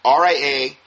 RIA